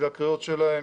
את הקריאות שלהם,